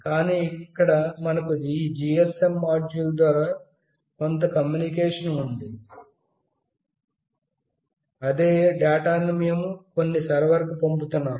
కానీ ఇక్కడ మనకు ఈ GSM మాడ్యూల్ ద్వారా కొంత కమ్యూనికేషన్ సామర్ధ్యం ఉంది అదే డేటాను మేము కొన్ని సర్వర్కు పంపుతున్నాము